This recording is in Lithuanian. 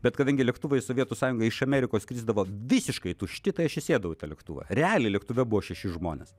bet kadangi lėktuvai į sovietų sąjunga iš amerikos skrisdavo visiškai tušti tai aš įsėdau į tą lėktuvą realiai lėktuve buvo šeši žmonės